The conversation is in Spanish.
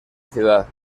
ciudad